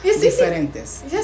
Diferentes